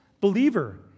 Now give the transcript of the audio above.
Believer